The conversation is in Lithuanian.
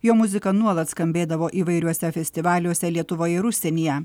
jo muzika nuolat skambėdavo įvairiuose festivaliuose lietuvoje ir užsienyje